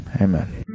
Amen